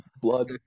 blood